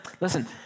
listen